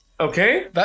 Okay